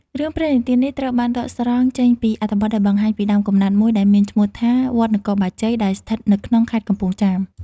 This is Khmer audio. រឿងព្រេងនិទាននេះត្រូវបានដកស្រង់ចេញពីអត្ថបទដែលបង្ហាញពីដើមកំណើតមួយដែលមានឈ្មោះថា វត្តនគរបាជ័យ ដែលស្ថិតនៅក្នុងខេត្តកំពង់ចាម ។